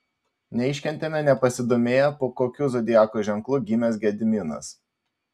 neiškentėme nepasidomėję po kokiu zodiako ženklu gimęs gediminas